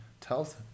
tells